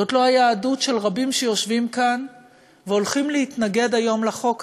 זאת לא היהדות של רבים שיושבים כאן והולכים להתנגד היום לחוק הזה,